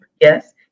yes